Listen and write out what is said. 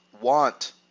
want